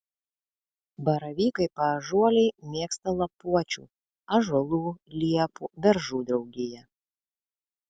baravykai paąžuoliai mėgsta lapuočių ąžuolų liepų beržų draugiją